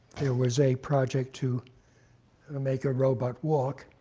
there was a project to make a robot walk.